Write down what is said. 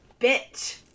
bitch